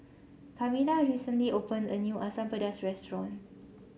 Kamilah recently opened a new Asam Pedas restaurant